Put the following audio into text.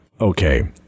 okay